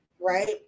Right